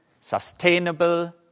sustainable